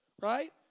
right